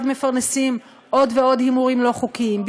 מפרנסים של עוד ועוד הימורים לא חוקיים,